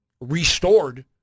restored